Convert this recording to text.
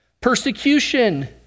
Persecution